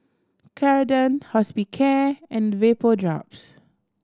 Ceradan Hospicare and Vapodrops